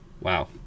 wow